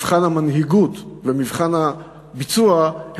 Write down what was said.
מבחן המנהיגות ומבחן הביצוע,